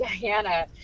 Diana